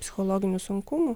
psichologinių sunkumų